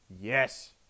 yes